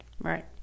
Right